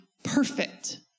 Perfect